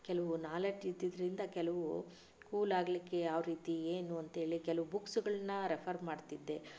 ಕೆಲವು ನಾಲೆಜ್ ಇದ್ದಿದ್ರಿಂದ ಕೆಲವು ಕೂಲ್ ಆಗಲಿಕ್ಕೆ ಯಾವ ರೀತಿ ಏನು ಅಂತೇಳಿ ಕೆಲವು ಬುಕ್ಸ್ಗಳನ್ನು ರೆಫರ್ ಮಾಡ್ತಿದ್ದೆ